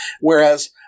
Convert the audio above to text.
whereas –